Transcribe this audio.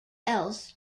else